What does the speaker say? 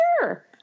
sure